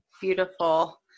beautiful